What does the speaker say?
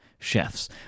Chefs